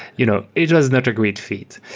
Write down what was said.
you know it was not a great feat.